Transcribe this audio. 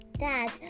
Dad